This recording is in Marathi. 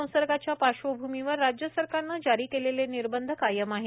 कोरोना संसर्गाच्या पार्श्वभूमीवर राज्य सरकारने जारी केलेले निर्बंध कायम आहेत